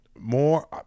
More